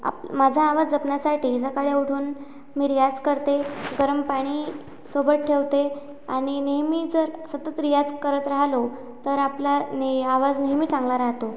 आप माझा आवाज जपण्यासाठी सकाळी उठून मी रियाज करते गरम पाणी सोबत ठेवते आणि नेहमी जर सतत रियाज करत राहलो तर आपला ने आवाज नेहमी चांगला राहतो